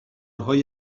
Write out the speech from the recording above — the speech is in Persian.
های